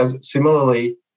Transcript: similarly